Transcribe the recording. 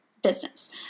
Business